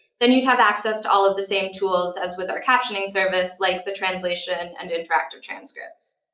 then you'd have access to all of the same tools as with our captioning service, like the translation and interactive transcripts.